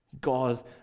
God